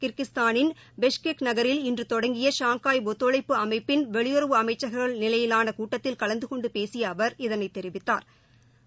கிர்கிஸ்தானின் Bishkek நகில் இன்றுதொடங்கிய Shanghai ஒத்துழைப்பு அமைப்பின் வெளியுறவு அமைச்சா்கள் நிலையிலானகூட்டத்தில் கலந்துகொண்டுபேசியஅவா் இதனைத் தெரிவித்தாா்